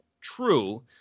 true